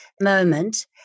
moment